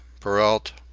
perrault?